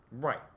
Right